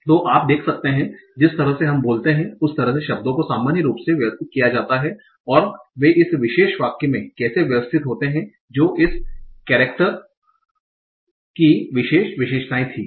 तो आप देख सकते हैं कि जिस तरह से हम बोलते हैं उस तरह से शब्दों को सामान्य रूप से व्यवस्थित किया जाता है और वे इस विशेष वाक्य में कैसे व्यवस्थित होते हैं जो इस केरेक्टर की विशेष विशेषताएं थीं